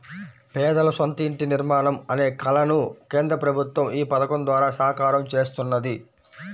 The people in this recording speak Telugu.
పేదల సొంత ఇంటి నిర్మాణం అనే కలను కేంద్ర ప్రభుత్వం ఈ పథకం ద్వారా సాకారం చేస్తున్నది